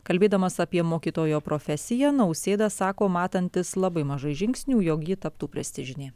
kalbėdamas apie mokytojo profesiją nausėda sako matantis labai mažai žingsnių jog ji taptų prestižinė